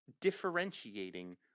differentiating